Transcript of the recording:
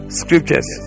scriptures